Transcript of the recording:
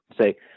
say